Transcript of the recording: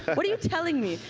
what are you telling me.